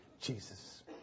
Jesus